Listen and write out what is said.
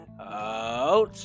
Out